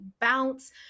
bounce